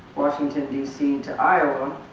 washington dc to iowa,